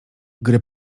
gry